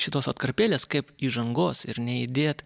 šitos atkarpėlės kaip įžangos ir neįdėt